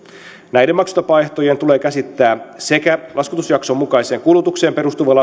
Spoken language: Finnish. näiden maksutapavaihtoehtojen tulee käsittää sekä laskutusjakson mukaiseen kulutukseen perustuva laskutus